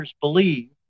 believe